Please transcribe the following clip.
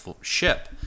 ship